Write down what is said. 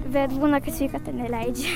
bet būna kad sveikata neleidžia